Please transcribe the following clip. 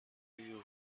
your